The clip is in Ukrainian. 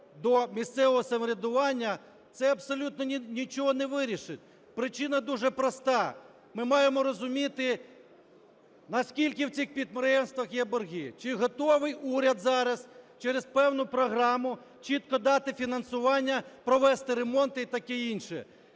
до місцевого самоврядування – це абсолютно нічого не вирішить. Причина дуже проста: ми маємо розуміти наскільки в цих підприємствах є борги. Чи готовий уряд зараз через певну програму чітко дати фінансування, провести ремонти і таке інше,